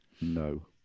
No